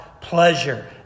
pleasure